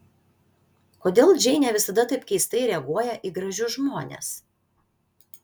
kodėl džeinė visada taip keistai reaguoja į gražius žmones